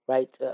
Right